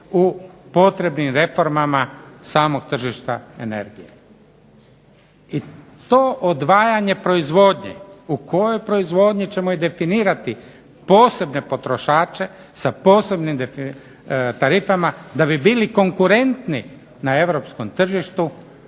u potrebnim reformama samog tržišta energije i to odvajanje proizvodnje u kojoj proizvodnji ćemo definirati posebne potrošače, sa posebnim tarifama da bi bili konkurentni na europskom tržištu